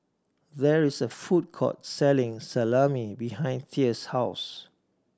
there is a food court selling Salami behind Thea's house